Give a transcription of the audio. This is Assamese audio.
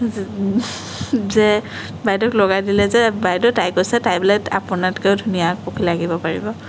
যে বাইদেউক লগাই দিলে যে বাইদেউ তাই কৈছে তাই বোলে আপোনাতকৈয়ো ধুনীয়া পখিলা আকিব পাৰিব